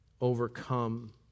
overcome